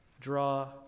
draw